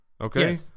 okay